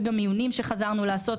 יש גם מיונים שחזרנו לעשות,